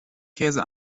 käse